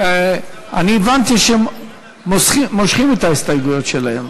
הבנתי שהם מושכים את ההסתייגויות שלהם,